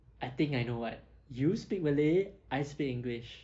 I think I know what you speak malay I speak english